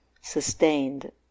sustained